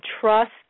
trust